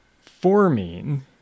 forming